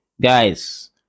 guys